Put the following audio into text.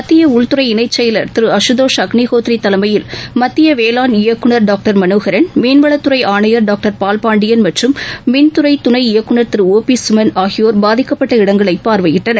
மத்திய உள்துறை இணை செயலர் திரு அஷுதோஷ் அக்னிகோத்ரி தலைமையில் மத்திய வேளாண் இயக்குநர் டாக்டர் மனோகரன் மீன்வளத் துறை ஆணையர் டாக்டர் பால்பாண்டியன் மற்றும் மின்துறை துணை இபக்குநர் திரு ஓ பி சுமன் ஆகியோர் பாதிக்கப்பட்ட இடங்களை பார்வையிட்டனர்